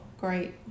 great